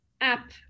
app